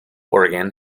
organ